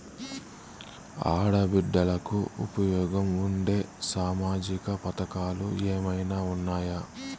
ఆడ బిడ్డలకు ఉపయోగం ఉండే సామాజిక పథకాలు ఏమైనా ఉన్నాయా?